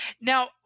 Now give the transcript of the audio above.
Now